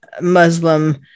Muslim